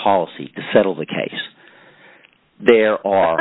policy to settle the case there